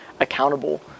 accountable